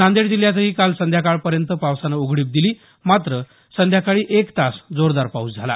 नांदेड जिल्ह्यातही काल संध्याकाळपर्यंत पावसानं उघडीप दिली मात्र सायंकाळी एक तास जोरदार पाऊस झाला